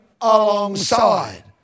alongside